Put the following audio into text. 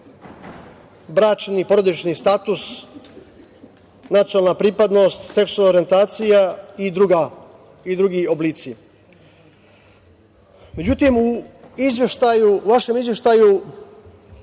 bračni i porodični status, nacionalna pripadnost, seksualne orijentacije i drugi oblici.Međutim, u vašem izveštaju